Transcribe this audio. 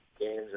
games